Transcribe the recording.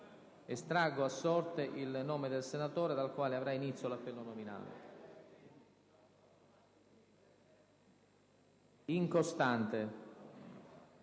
Estraggo a sorte il nome del senatore dal quale avrà inizio l'appello nominale. *(È estratto